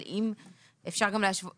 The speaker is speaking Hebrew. אבל אפשר גם להשוות